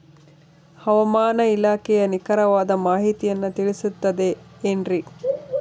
ಹವಮಾನ ಇಲಾಖೆಯ ನಿಖರವಾದ ಮಾಹಿತಿಯನ್ನ ತಿಳಿಸುತ್ತದೆ ಎನ್ರಿ?